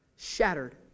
Shattered